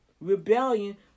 Rebellion